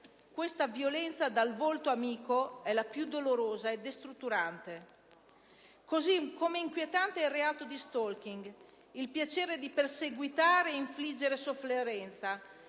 Questa violenza dal volto amico è la più dolorosa e destrutturante. Così come inquietante è il reato di *stalking*, il piacere di perseguitare e infliggere sofferenza,